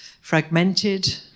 fragmented